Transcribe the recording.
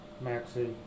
Maxie